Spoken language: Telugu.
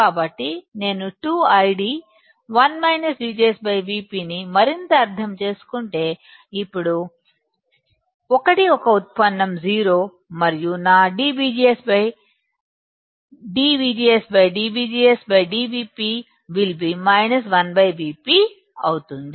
కాబట్టి నేను 2 ID 1 VGSVp ని మరింత అర్థం చేసుకుంటే ఇప్పుడు 1 యొక్క ఉత్పన్నం 0 మరియు నా dVGSdVGS Vp will be 1Vp అవుతుంది